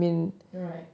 right